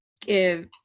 give